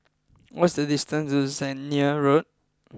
what is the distance to Zehnder Road